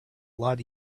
lot